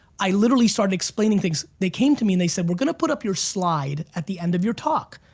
i literally started explaining things. they came to me and they said, we're gonna put up your slide at the end of your talk.